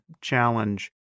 challenge